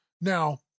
Now